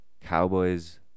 Cowboys